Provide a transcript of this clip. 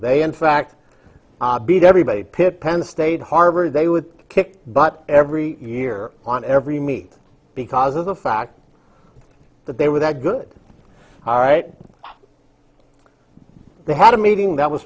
they in fact beat everybody pitt penn state harvard they would kick butt every year on every meet because of the fact that they were that good all right they had a meeting that was